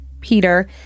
Peter